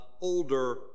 older